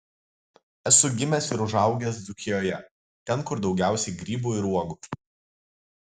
esu gimęs ir užaugęs dzūkijoje ten kur daugiausiai grybų ir uogų